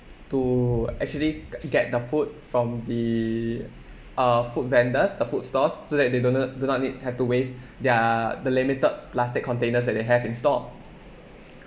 to actually g~ get the food from the uh food vendors or food stalls so that they do not do not need have to waste their the limited plastic containers that they have in store